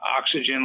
oxygen